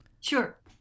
sure